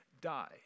die